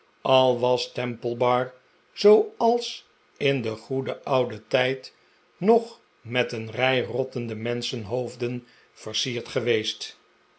al was temple bar zooals in den goeden ouden tijd nog met een rij rottende menschenhoofden versierd geweest